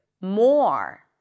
more